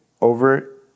over